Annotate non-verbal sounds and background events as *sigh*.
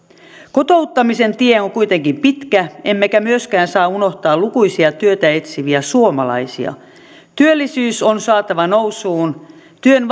kotouttamisen tie on kuitenkin pitkä emmekä myöskään saa unohtaa lukuisia työtä etsiviä suomalaisia työllisyys on saatava nousuun työn *unintelligible*